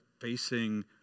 facing